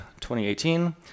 2018